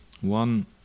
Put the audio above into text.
One